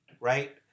right